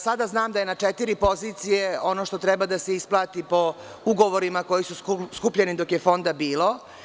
Sada znam da je na četiri pozicije ono što treba da se isplati po ugovorima koji su sklopljeni dok je Fonda bilo.